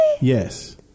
Yes